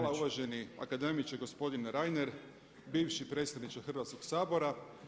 Hvala uvaženi akademiče gospodine Reiner, bivši predsjedniče Hrvatskog sabora.